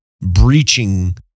breaching